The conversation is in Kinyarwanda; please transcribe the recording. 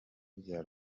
bya